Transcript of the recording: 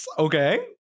Okay